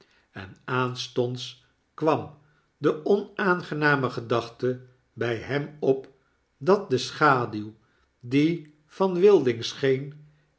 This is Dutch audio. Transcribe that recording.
en aanstonds kwam de onaanfename gedachte by hem op dat de schaduw ie van wilding scheen